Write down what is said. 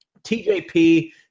TJP